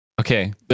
okay